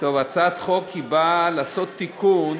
הצעת החוק באה לעשות תיקון